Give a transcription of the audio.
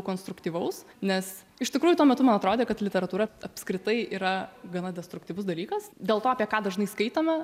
konstruktyvaus nes iš tikrųjų tuo metu man atrodė kad literatūra apskritai yra gana destruktyvus dalykas dėl to apie ką dažnai skaitome